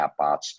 chatbots